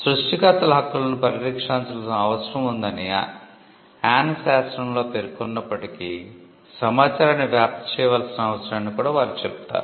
సృష్టికర్తల హక్కులను పరిరక్షించాల్సిన అవసరం ఉందని అన్నే శాసనంలో పేర్కొన్నప్పటికీ సమాచారాన్ని వ్యాప్తి చేయవలసిన అవసరాన్ని కూడా వారు చెబుతారు